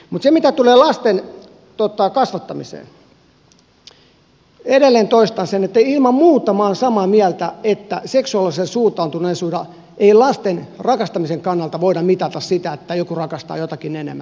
mutta siitä mitä tulee lasten kasvattamiseen edelleen toistan sen että ilman muuta minä olen samaa mieltä että seksuaalisella suuntautuneisuudella ei lasten rakastamisen kannalta voida mitata sitä että joku rakastaa jotakin enemmän